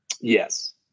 yes